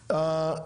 היו"ר.